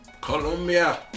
Colombia